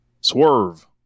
Swerve